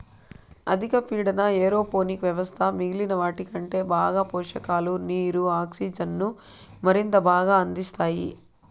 అధిక పీడన ఏరోపోనిక్ వ్యవస్థ మిగిలిన వాటికంటే బాగా పోషకాలు, నీరు, ఆక్సిజన్ను మరింత బాగా అందిస్తాయి